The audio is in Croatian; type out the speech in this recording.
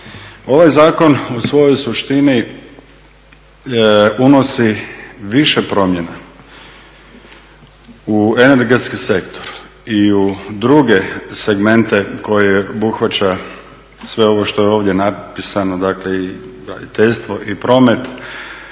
Ovaj zakon u svojoj suštini unosi više promjena u energetski sektor i u druge segmente koje obuhvaća sve ovo što je ovdje napisano, dakle i graditeljstvo i promet